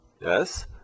yes